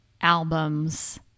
albums